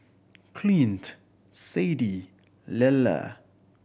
Clint Sadie Lella